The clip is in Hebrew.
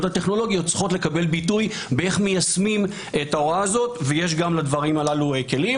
הטכנולוגיות צריכות לקבל ביטוי ביישום ההוראה הזאת ויש גם לכך כלים.